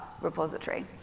repository